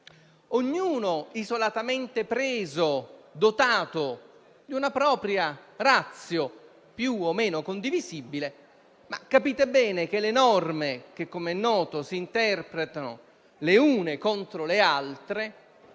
ognuno, se isolatamente preso, è dotato di una propria *ratio*, più o meno condivisibile. Capite bene, però, che le norme - che, come noto, si interpretano le une contro le altre